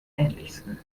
ähnlichsten